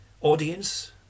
audience